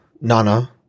Nana